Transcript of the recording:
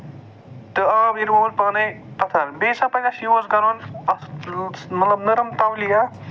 تہٕ آب ییٚلہِ ووٚت پانٕے پَتھر بیٚیہِ چھُ آسان تَتٮ۪س یوٗز کَرُن اَتھ مطلب نَرٕم تولِیا